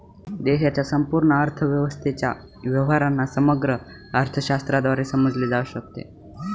देशाच्या संपूर्ण अर्थव्यवस्थेच्या व्यवहारांना समग्र अर्थशास्त्राद्वारे समजले जाऊ शकते